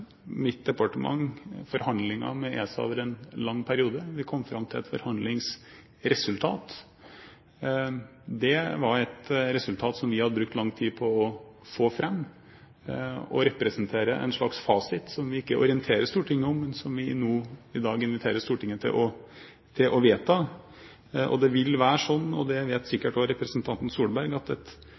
mitt departement forhandlinger med ESA over en lang periode. Vi kom fram til et forhandlingsresultat. Det var et resultat som vi hadde brukt lang tid på å få fram, og det representerer en slags fasit som vi ikke orienterer Stortinget om, men som vi nå i dag inviterer Stortinget til å vedta. Det vil være slik – det vet sikkert også representanten Solberg – at et